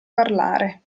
parlare